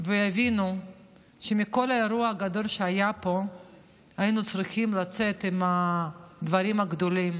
ויבינו שמכל האירוע הגדול שהיה פה היינו צריכים לצאת עם הדברים הגדולים,